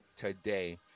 today